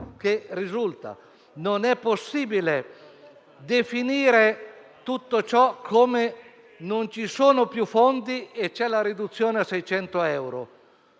Non è possibile liquidare tutto ciò dicendo che non ci sono più fondi e che c'è la riduzione a 600 euro.